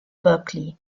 berkeley